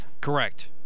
Correct